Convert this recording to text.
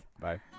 Bye